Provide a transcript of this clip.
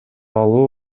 алуу